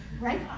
right